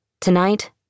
Tonight